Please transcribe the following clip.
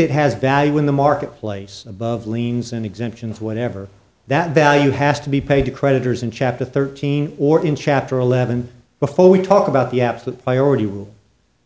it has value in the market place above liens and exemptions whatever that value has to be paid to creditors in chapter thirteen or in chapter eleven before we talk about the absolute priority rule